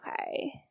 Okay